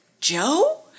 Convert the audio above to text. Joe